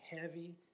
heavy